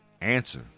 answer